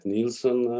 Nielsen